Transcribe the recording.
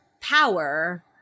power